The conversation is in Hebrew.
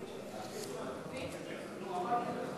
ועוברת לוועדת